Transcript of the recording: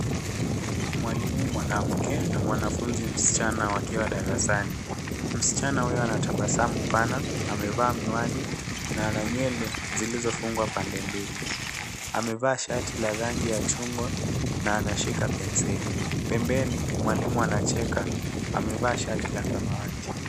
Mwalimu mwanamke na mwanafunzi msichana wakiwa darasani. Msichana huyo ana tabasamu pana. Amevaa miwani na ana nywele zilizofungwa pande mbili. Amevaa shati la rangi ya chungwa na anashika penseli. Pembeni mwalimu anacheka. Amevaa shati la rangi ya samawati.